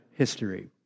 history